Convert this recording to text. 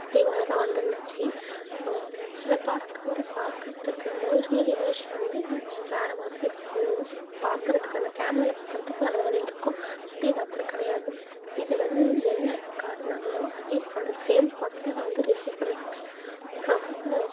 அதே மாதிரி தான் வந்து இருந்துச்சு அம் சில ப்ரோடக்ட்டு வந்து பார்க்கறத்துக்கு வந்து ரியல் இமேஜில் வந்து வேறு மாதிரி இருக்கும் பார்க்கறத்துக்கு அந்த கேமராவில் பார்க்கறத்துக்கும் வேறு மாதிரி இருக்கும் பட் இது அப்படி கிடையாது இது வந்து என்ன காட்டினாங்களோ அதே ப்ரோடக்ட்ஸ் சேம் ப்ரோடக்ட் தான் நான் வந்து ரிஸீவ் பண்ணிருக்கேன் ரொம்ப